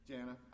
Jana